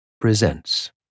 presents